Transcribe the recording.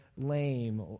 lame